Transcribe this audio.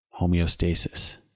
Homeostasis